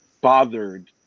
bothered